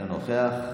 אינו נוכח,